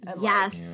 Yes